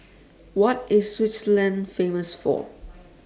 What IS Switzerland Famous For